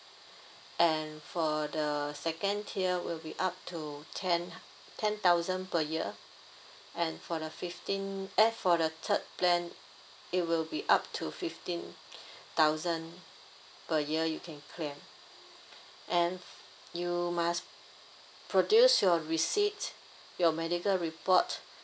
and for the second tier will be up to ten ten thousand per year and for the fifteenth eh for the third plan it will be up to fifteen thousand per year you can claim and you must produce your receipt your medical report